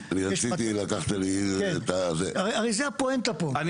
זה הפואנטה פה הרי.